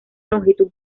longitud